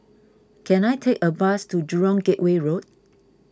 can I take a bus to Jurong Gateway Road